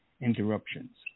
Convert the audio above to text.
interruptions